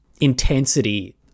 intensity